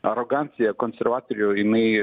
arogancija konservatorių jinai